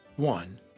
One